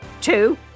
two